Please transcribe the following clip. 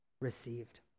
received